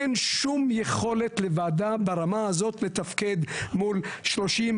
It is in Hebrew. אין שום יכולת לוועדה ברמה הזאת לתפקד מול 30,